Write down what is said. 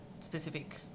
specific